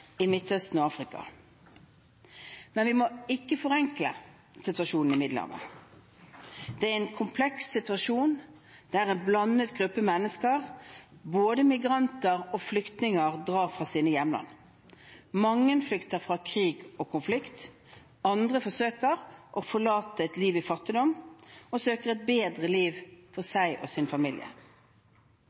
i Midtøsten og i Afrika. Vi må ikke forenkle situasjonen i Middelhavet. Det er en kompleks situasjon der en blandet gruppe mennesker, både migranter og flyktninger, drar fra sine hjemland. Mange flykter fra krig og konflikt. Andre forsøker å forlate et liv i fattigdom og søker et bedre liv for seg og sin familie.